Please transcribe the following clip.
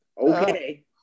okay